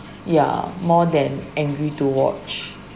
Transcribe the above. ya more than angry to watch